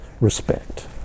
respect